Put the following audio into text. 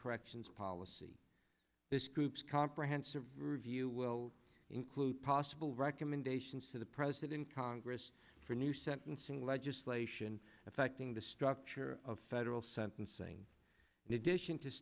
corrections policy this group's comprehensive review will include possible recommendations to the president congress for new sentencing legislation affecting the structure of federal sentencing